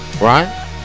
right